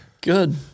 Good